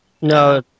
no